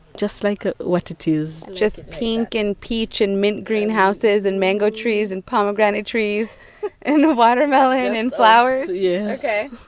just like what it is just pink and peach and mint green houses and mango trees and pomegranate trees and watermelon and flowers yes yeah ok,